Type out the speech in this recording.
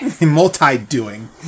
Multi-doing